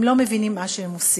הם לא מבינים מה שהם עושים.